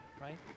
right